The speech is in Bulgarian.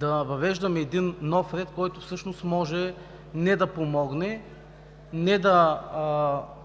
да въвеждаме нов ред, който всъщност може не да помогне, не да